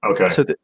Okay